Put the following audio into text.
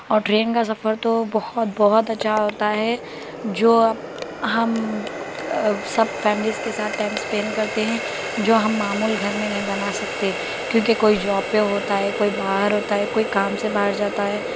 اور ٹرین کا سفر تو بہت بہت اچھا ہوتا ہے جو ہم سب فیملیز کے ساتھ ٹائم اسپینڈ کرتے ہیں جو ہم معمول گھر میں نہیں بنا سکتے کیونکہ کوئی جاب پہ ہوتا ہے کوئی باہر ہوتا ہے کوئی کام سے باہر جاتا ہے